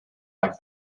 like